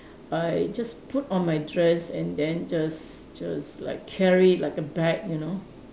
I just put on my dress and then just just like carry it like a bag you know